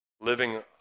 living